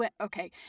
okay